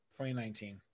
2019